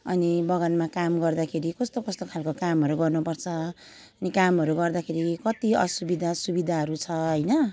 अनि बगानमा काम गर्दाखेरि कस्तो कस्तो खालको कामहरू गर्नुपर्छ अनि कामहरू गर्दाखेरि कति असुविधा सुविधाहरू छ होइन